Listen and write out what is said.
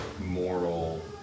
moral